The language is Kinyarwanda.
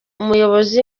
umuyobozi